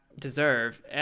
deserve